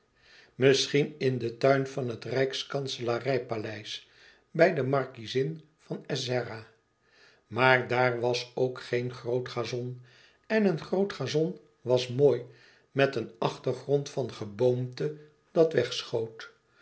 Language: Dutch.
misschien in den tuin van het rijkskanselarij paleis bij de markiezin van ezzera maar daar was ook geen groot gazon en een groot gazon was mooi met een achtergrond van geboomte dat